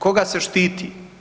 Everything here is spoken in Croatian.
Koga se štiti?